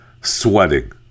sweating